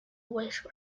waste